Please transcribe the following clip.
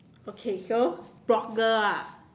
okay so blogger ah